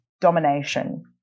domination